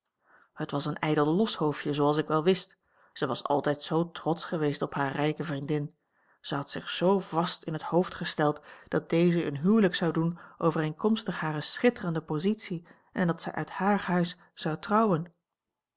het was een ijdel loshoofdje zooals ik wel wist zij was altijd zoo trotsch geweest op hare rijke vriendin zij had zich zoo vast in het hoofd gesteld dat deze een huwelijk zou doen overeenkomstig hare schitterende positie en dat zij uit haar huis zou trouwen